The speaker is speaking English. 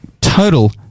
total